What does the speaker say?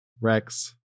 Rex